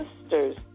sisters